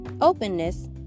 openness